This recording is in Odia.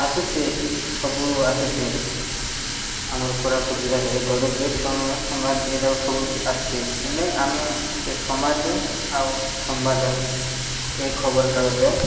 ଆସୁଛି ସବୁ ଆସୁଛି ଆମର କୋରାପୁଟ ଜିଲ୍ଲାରେ ଏ ଧରିିତ୍ରୀ ପ୍ରମେୟ ସମ୍ବାଦ ଏଇଯାକ ସବୁ ଆସୁଛି ହେଲେ ଆମେ ସେ ସମାଜ ଆଉ ସମ୍ବାଦ ଏ ଖବରକାଗଜ